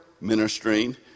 ministering